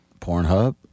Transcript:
Pornhub